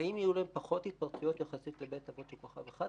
האם יהיו להם פחות התפרצויות יחסית לבית אבות עם כוכב אחד?